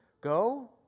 Go